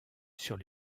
sur